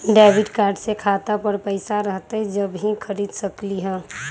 Debit card से खाता पर पैसा रहतई जब ही खरीद सकली ह?